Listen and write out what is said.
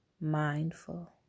mindful